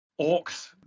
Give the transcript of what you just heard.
orcs